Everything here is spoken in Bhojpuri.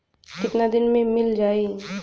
कितना दिन में मील जाई?